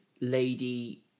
lady